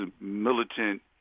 militant